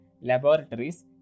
laboratories